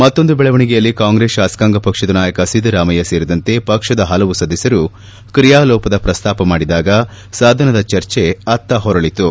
ಮತ್ತೊಂದು ಬೆಳವಣೆಗೆಯಲ್ಲಿ ಕಾಂಗ್ರೆಸ್ ಶಾಸಕಾಂಗ ಪಕ್ಷದ ನಾಯಕ ಸಿದ್ದರಾಮಯ್ಯ ಸೇರಿದಂತೆ ಪಕ್ಷದ ಹಲವು ಸದಸ್ಟರು ಕ್ರಿಯಾಲೋಪದ ಪ್ರಸ್ತಾಪ ಮಾಡಿದಾಗ ಸದನದ ಚರ್ಚೆ ಅತ್ತ ಹೊರಳತು